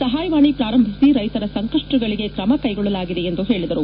ಸಹಾಯವಾಣಿ ಪ್ರಾರಂಭಿಸಿ ರೈತರ ಸಂಕಷ್ಟಗಳಗೆ ಕ್ರಮ ಕೈಗೊಳ್ಳಲಾಯಿತು ಎಂದು ಹೇಳಿದರು